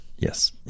Yes